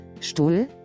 Stuhl